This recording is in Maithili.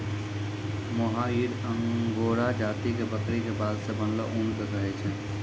मोहायिर अंगोरा जाति के बकरी के बाल सॅ बनलो ऊन कॅ कहै छै